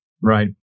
Right